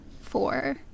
four